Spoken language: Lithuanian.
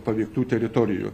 paveiktų teritorijų